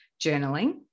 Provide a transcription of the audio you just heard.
journaling